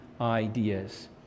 ideas